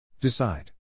Decide